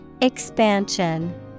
Expansion